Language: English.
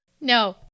No